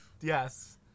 yes